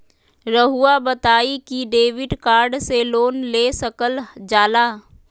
रहुआ बताइं कि डेबिट कार्ड से लोन ले सकल जाला?